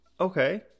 Okay